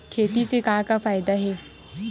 खेती से का का फ़ायदा हे?